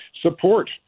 support